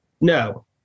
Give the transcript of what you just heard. No